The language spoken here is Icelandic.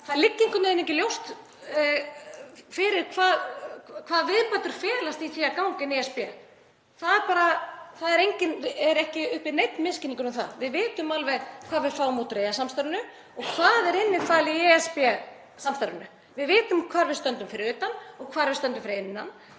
veginn ekki ljóst fyrir hvaða viðbætur felist í því að ganga í ESB. Það er ekki uppi neinn misskilningur um það. Við vitum alveg hvað við fáum út úr EES-samstarfinu og hvað er innifalið í ESB-samstarfinu. Við vitum hvar við stöndum fyrir utan og hvar við stöndum fyrir innan.